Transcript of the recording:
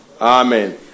Amen